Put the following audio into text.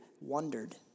wondered